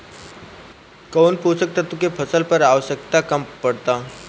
कौन पोषक तत्व के फसल पर आवशयक्ता कम पड़ता?